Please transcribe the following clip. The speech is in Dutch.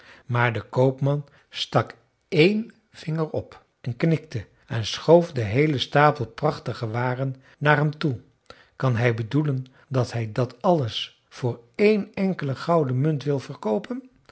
maar de koopman stak een vinger op en knikte en schoof den heelen stapel prachtige waren naar hem toe kan hij bedoelen dat hij dat alles voor één enkele gouden munt wil verkoopen